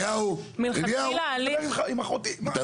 מלכתחילה ההליך הוא